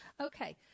Okay